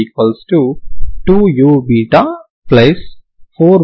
ఇది కాస్తా uxx2u4βuββ గా అవుతుంది